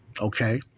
Okay